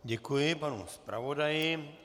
Děkuji panu zpravodaji.